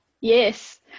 Yes